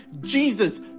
Jesus